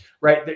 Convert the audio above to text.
right